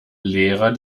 lehrer